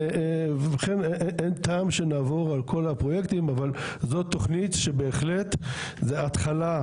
ולכן אין טעם שנעבור על כל הפרויקטים אבל זו תוכנית שבהחלט זו ההתחלה.